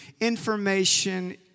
Information